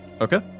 Okay